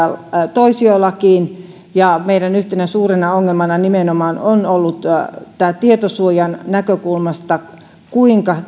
toisiolakiin ja meidän yhtenä suurena ongelmana on ollut nimenomaan tietosuojan näkökulmasta kuinka